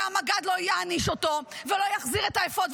והמג"ד לא יעניש אותו ולא יחזיר את האפוד.